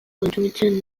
kontsumitzen